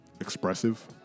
expressive